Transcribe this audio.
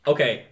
Okay